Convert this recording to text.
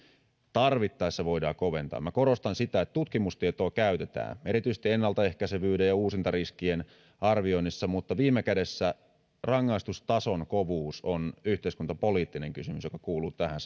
tarvittaessa voidaan koventaa minä korostan sitä että tutkimustietoa käytetään erityisesti ennaltaehkäisevyyden ja uusintariskien arvioinneissa mutta viime kädessä rangaistustason kovuus on yhteiskuntapoliittinen kysymys joka kuuluu tähän